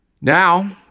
Now